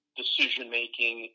decision-making